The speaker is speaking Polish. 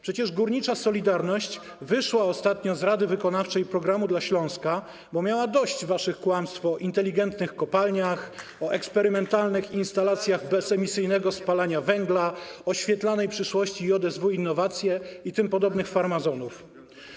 Przecież górnicza „Solidarność” wyszła ostatnio z Rady Wykonawczej do spraw Programu dla Śląska, bo miała dość waszych kłamstw o inteligentnych kopalniach, o eksperymentalnych instalacjach bez emisyjnego spalania węgla, o świetlanej przyszłości JSW Innowacje i tym podobnych farmazonów.